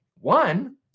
one